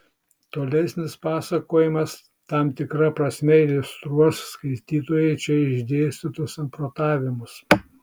tolesnis pasakojimas tam tikra prasme iliustruos skaitytojui čia išdėstytus samprotavimus